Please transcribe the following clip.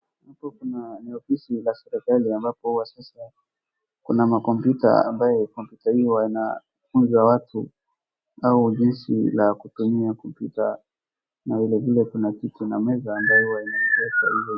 Hapa kuna ni ofisi za spesheli ambapo huwa sasa kuna makompyuta amBaye kompyuta hii huwa inafunza watu au jinsi la kutumia kompyuta na vile vile kuna kiti na meza ambayo huwa inawekwa ivyo...